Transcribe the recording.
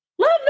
love